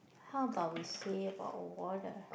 how about we say about water